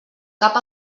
cap